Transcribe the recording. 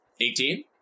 Eighteen